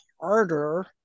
harder